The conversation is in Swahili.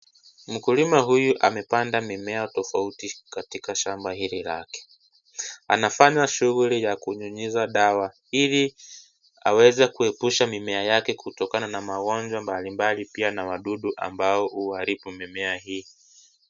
Mkulima huyu amepanda mimea tofauti katika shamba hili lake. Anafanya shughuli za kunyunyuza dawa ili aweze kuepusha mimea yake kutokana na magonjwa mbalimbali pia na wadudu ambao uharibu mimea hii.